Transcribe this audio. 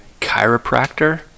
chiropractor